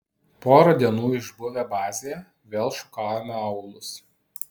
porą dienų išbuvę bazėje vėl šukavome aūlus